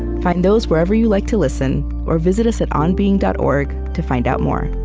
find those wherever you like to listen, or visit us at onbeing dot org to find out more